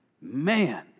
Man